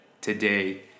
today